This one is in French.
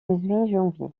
janvier